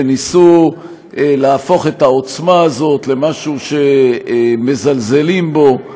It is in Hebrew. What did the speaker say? וניסו להפוך את העוצמה הזאת למשהו שמזלזלים בו,